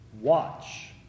Watch